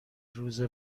روز